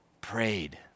prayed